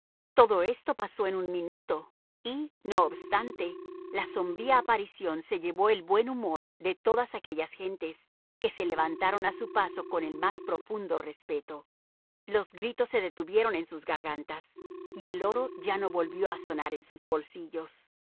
todo esto pasó en un minuto y no obstante la sombría aparición se llevó el buen humor de todas aquellas gentes que se levantaron a su paso con el más profundo respeto los gritos se detuvieron en sus gargantas y el oro ya no volvió a sonar en sus bolsillos